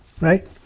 Right